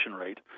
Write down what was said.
rate